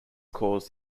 caused